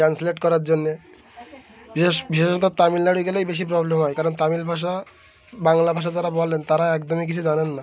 translate করার জন্যে বিশেষ বিশেষত তামিলনাড়ু গেলেই বেশি প্রবলেম হয় কারণ তামিল ভাষা বাংলা ভাষা যারা বললেন তারা একদমই কিছু জানেন না